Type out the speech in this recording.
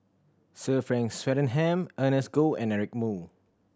Sir Frank Swettenham Ernest Goh and Eric Moo